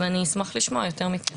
ואני אשמח לשמוע יותר מכם.